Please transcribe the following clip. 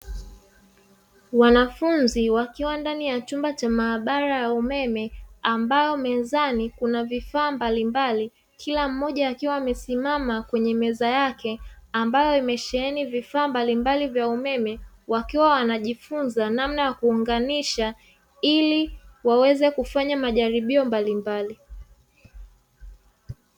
Wanafunzi wakiwa ndani ya chumba cha maabara ya umeme ambao mezani kuna vifaa mbalimbali, kila mmoja akiwa amesimama kwenye meza yake, ambayo imesheheni vifaa mbalimbali vya umeme, wakiwa wanajifunza namna ya kuunganisha ili waweze kufanya majaribio mbalimbali.